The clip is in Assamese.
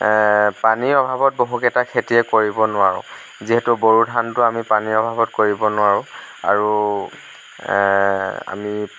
পানীৰ অভাৱত বহুকেইটা খেতিয়েই কৰিব নোৱাৰোঁ যিহেতু বড়ো ধানটো আমি পানীৰ অভাৱত কৰিব নোৱাৰোঁ আৰু আমি